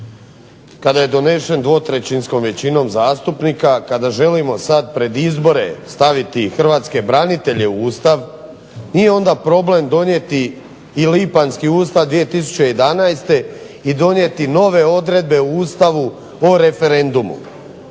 kada je donešen dvotrećinskom većinom zastupnika, kada želimo sad pred izbore staviti i hrvatske branitelje u Ustav nije onda problem donijeti i lipanjski Ustav 2011. i donijeti nove odredbe u Ustavu o referendumu.